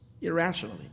irrationally